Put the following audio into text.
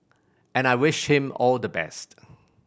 and I wish him all the best